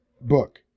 book